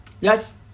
Yes